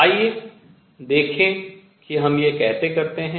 आइए देखें कि हम यह कैसे करते हैं